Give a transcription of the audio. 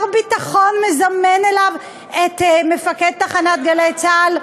ביטחון מזמן אליו את מפקד תחנת "גלי צה"ל"?